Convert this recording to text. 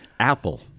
Apple